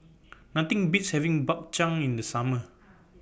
Nothing Beats having Bak Chang in The Summer